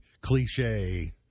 cliche